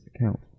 account